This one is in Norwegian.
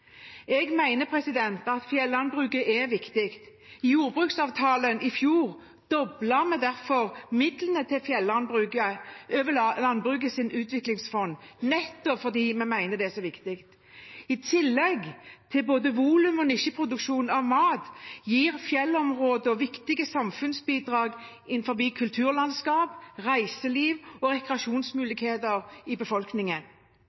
Jeg mener at fjellandbruket er viktig. I jordbruksavtalen i fjor doblet vi derfor midlene til fjellandbruket over Landbrukets utviklingsfond, nettopp fordi vi mener det er så viktig. I tillegg til både volum- og nisjeproduksjon av mat gir fjellområdene viktige samfunnsbidrag innenfor kulturlandskap, reiseliv og